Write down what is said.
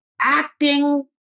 acting